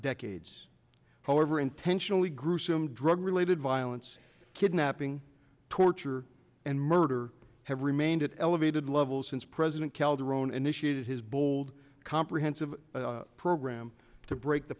decades however intentionally gruesome drug related violence kidnapping torture and murder have remained elevated levels since president calderon initiated his bold comprehensive program to break the